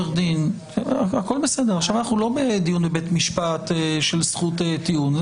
עכשיו אנחנו לא בדיון בבית משפט של זכות טיעון,